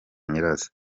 nyirazo